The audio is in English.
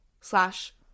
slash